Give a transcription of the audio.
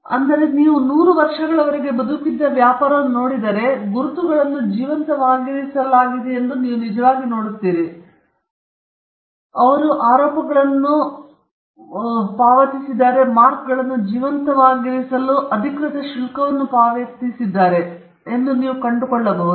ಆದರೆ ನೀವು 100 ವರ್ಷಗಳವರೆಗೆ ಬದುಕಿದ್ದ ವ್ಯಾಪಾರವನ್ನು ನೋಡಿದರೆ ಗುರುತುಗಳನ್ನು ಜೀವಂತವಾಗಿರಿಸಲಾಗಿದೆಯೆಂದು ನೀವು ನಿಜವಾಗಿ ನೋಡುತ್ತೀರಿ ಅವರು ಆರೋಪಗಳನ್ನು ಪಾವತಿಸಿದ್ದಾರೆ ಮಾರ್ಕ್ಗಳನ್ನು ಜೀವಂತವಾಗಿರಿಸಲು ಅಧಿಕೃತ ಶುಲ್ಕವನ್ನು ಪಾವತಿಸಿದ್ದಾರೆ ಮತ್ತು ಅದನ್ನು ಮಾಡಬಹುದು ಎಂದು ನೀವು ಕಂಡುಕೊಳ್ಳುತ್ತೀರಿ